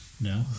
No